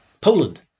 Poland